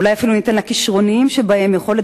אולי אפילו ניתן לכשרוניים שבהם יכולת